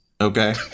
okay